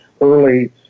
early